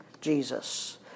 Jesus